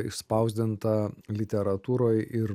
išspausdinta literatūroj ir